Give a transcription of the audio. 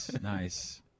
nice